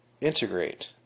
integrate